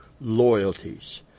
loyalties